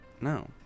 No